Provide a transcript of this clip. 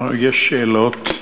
יש שאלות.